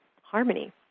harmony